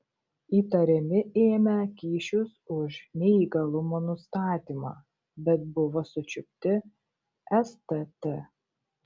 įtariami ėmę kyšius už neįgalumo nustatymą bet buvo sučiupti stt